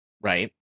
Right